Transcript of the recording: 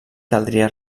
caldria